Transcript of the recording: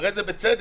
אחרי זה אתה מגיע,